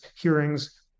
hearings